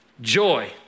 joy